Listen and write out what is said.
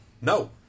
No